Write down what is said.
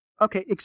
Okay